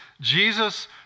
Jesus